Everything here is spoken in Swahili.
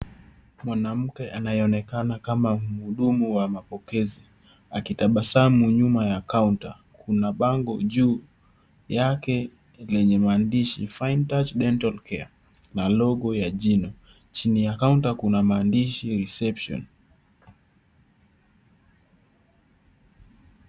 Mwanamke anayeonekana kama mhudumu wa mapokezi akitabasamu nyuma ya kaota kuna bango juu yake lenye maandishi fine touch dental care na logo ya jino, chini ya kaota kuna maandishi reception .